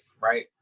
right